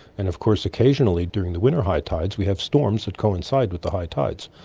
and of course occasionally during the winter high tides we have storms that coincide with the high tides.